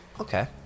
Okay